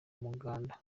muganda